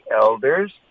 elders